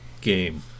game